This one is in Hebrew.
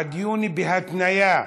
עד יוני, בהתניה,